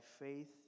faith